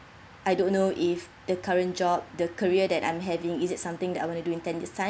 I don't know if the current job the career that I'm having is it something that I want to do in ten years time